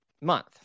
month